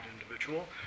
individual